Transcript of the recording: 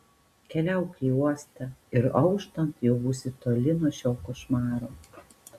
keliauk į uostą ir auštant jau būsi toli nuo šio košmaro